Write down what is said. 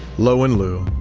lowen liu,